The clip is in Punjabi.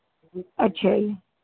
ਅੱਛਾ ਜੀ